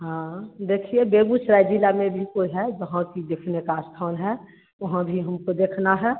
हाँ देखिए बेगूसराय ज़िले में भी कोई है जहाँ की देखने का स्थान है वहाँ भी हमको देखना है